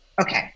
Okay